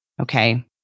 Okay